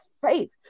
faith